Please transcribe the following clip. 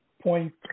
Point